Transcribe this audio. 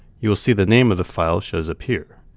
you will see the name of the file shows up here.